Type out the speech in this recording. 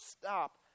stop